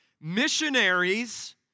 Missionaries